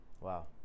wow